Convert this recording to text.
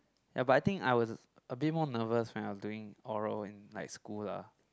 ya but I think I was a bit more nervous when I was doing oral in like school lah